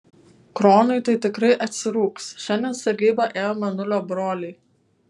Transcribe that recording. kronui tai tikrai atsirūgs šiandien sargybą ėjo mėnulio broliai